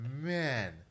man